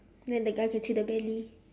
then the guy can see the belly